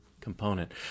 component